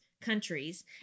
countries